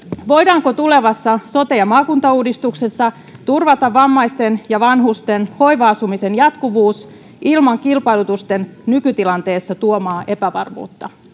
voidaanko tulevassa sote ja maakuntauudistuksessa turvata vammaisten ja vanhusten hoiva asumisen jatkuvuus ilman kilpailutusten nykytilanteessa tuomaa epävarmuutta